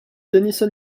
denison